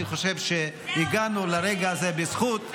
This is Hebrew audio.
אני חושב שהגענו לרגע הזה בזכות.